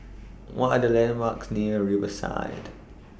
What Are The landmarks near Riverside